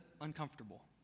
uncomfortable